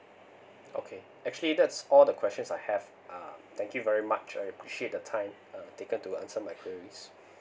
okay actually that's all the questions I have uh thank you very much I appreciate the time uh taken to answer my queries